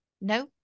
no